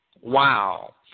Wow